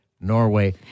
Norway